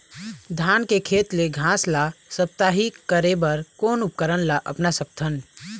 धान के खेत ले घास ला साप्ताहिक करे बर कोन उपकरण ला अपना सकथन?